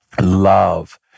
Love